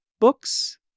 books